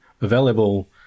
available